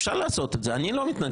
אפשר לעשות את זה, אני לא מתנגד.